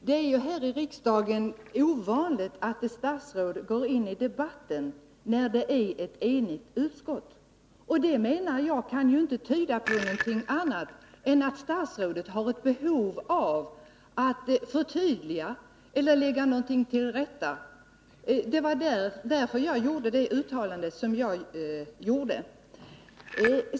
Herr talman! Det är ju ovanligt här i riksdagen att ett statsråd går in i debatten när det är ett enigt utskott. Det, menar jag, kan inte tyda på någonting annat än att statsrådet har ett behov av att förtydliga eller lägga till rätta. Det var därför jag gjorde det uttalande som jag gjorde.